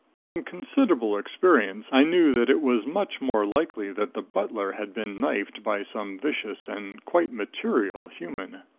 from considerable experience, i knew that it was much more likely that the butler had been knifed by some vicious and quite material human!